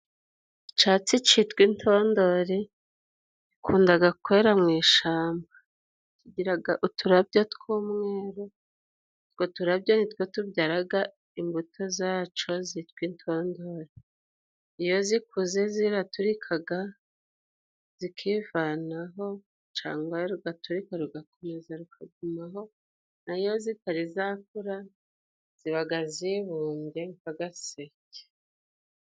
Icatsi citwa intondore gikundaga kwera mu ishamba, kigiraga uturabyo tw'umweru, utwo turabyo ni two tubyaraga imbuto zaco zitwa intodore, iyo zikuze ziraturikaga zikivanaho cangwa rugaturika rugakomeza rukagumaho nayo zitari zakura zibaga zibumbye nk' agaseke.